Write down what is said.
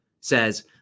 says